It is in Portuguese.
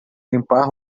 limpar